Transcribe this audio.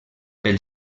pel